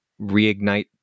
reignite